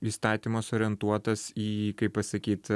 įstatymas orientuotas į kaip pasakyt